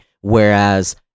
whereas